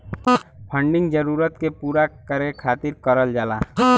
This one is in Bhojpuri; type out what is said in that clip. फंडिंग जरूरत के पूरा करे खातिर करल जाला